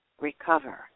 recover